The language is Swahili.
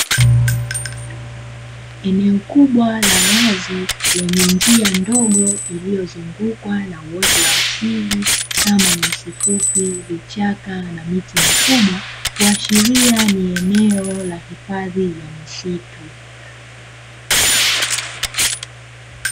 Eneo kubwa la wazi lenye njia ndogo iliyozungukwa na uoto wa asili kama: nyasi fupi, vichaka na miti mikubwa; kuashiria ni eneo la hifadhi ya misitu.